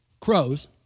crows